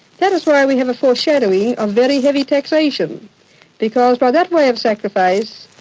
that is why we have a foreshadowing of very heavy taxation because by that way of sacrifice,